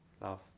love